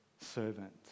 servant